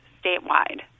statewide